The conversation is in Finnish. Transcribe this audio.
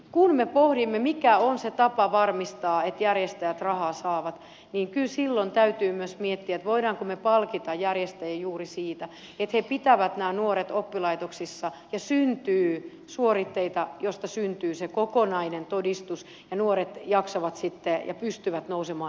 kun me pohdimme mikä on se tapa varmistaa että järjestäjät rahaa saavat niin kyllä silloin täytyy myös miettiä voimmeko me palkita järjestäjiä juuri siitä että he pitävät nämä nuoret oppilaitoksissa ja syntyy suoritteita joista syntyy se kokonainen todistus ja nuoret sitten jaksavat ja pystyvät nousemaan siivilleen